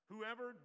Whoever